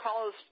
calls